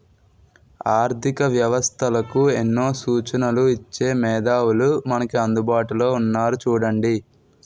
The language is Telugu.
ఆర్థిక వ్యవస్థలకు ఎన్నో సూచనలు ఇచ్చే మేధావులు మనకు అందుబాటులో ఉన్నారు చూడండి